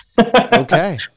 Okay